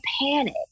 panic